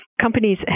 companies